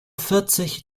vierzig